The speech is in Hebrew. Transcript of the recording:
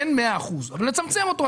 אין מאה אחוז אבל לצמצם אותו.